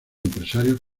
empresarios